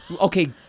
okay